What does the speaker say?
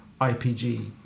IPG